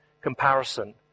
comparison